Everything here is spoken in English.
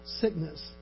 sickness